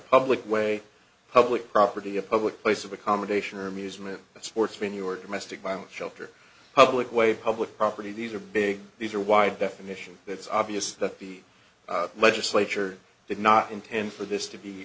public way public property a public place of accommodation or amusement at sports when your domestic violence shelter public way public property these are big these are wide definition it's obvious that the legislature did not intend for this to be